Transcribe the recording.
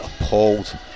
appalled